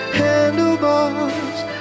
handlebars